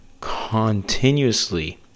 continuously